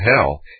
hell